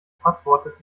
passwortes